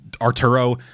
Arturo